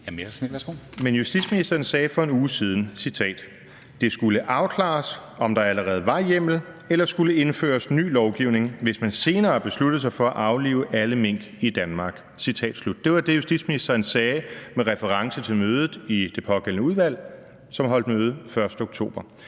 Men justitsministeren sagde for en uge siden: »... det skulle afklares, om der allerede var hjemmel eller skulle indføres ny lovgivning, hvis man senere besluttede sig for at aflive alle mink i Danmark«. Det var det, justitsministeren sagde med reference til mødet i det pågældende udvalg, som holdt møde den 1. oktober